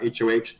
HOH